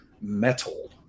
metal